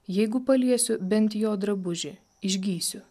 jeigu paliesiu bent jo drabužį išgysiu